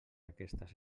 aquestes